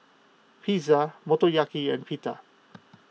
Pizza Motoyaki and Pita